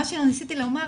מה שניסיתי לומר,